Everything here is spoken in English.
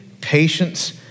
patience